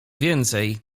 więcej